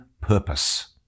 purpose